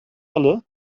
alle